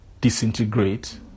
disintegrate